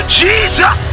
jesus